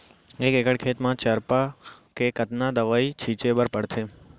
एक एकड़ खेत म चरपा के कतना दवई छिंचे बर पड़थे?